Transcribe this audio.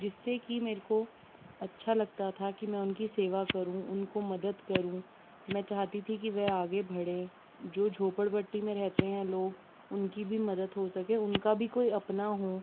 जिससे कि मेरे को अच्छा लगता था कि मैं उनकी सेवा करूँ उनको मदद करूँ मैं चाहती थी कि वह आगे बढ़ें जो झोपड़ पट्टी में रहते हैं लोग उनकी भी मदद हो सके उनका भी कोई अपना हो